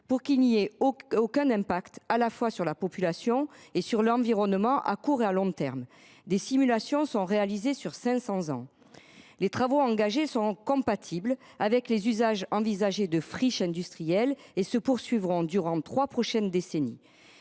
qu’il n’y ait aucun impact sur la population ou sur l’environnement, à court comme à long terme. Des simulations sont réalisées sur cinq cents ans. Les travaux engagés sont compatibles avec les usages envisagés de cette friche industrielle ; ils se poursuivront durant les trois prochaines décennies.